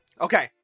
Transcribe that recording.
Okay